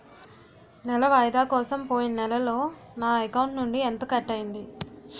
నెల వాయిదా కోసం పోయిన నెలలో నా అకౌంట్ నుండి ఎంత కట్ అయ్యింది?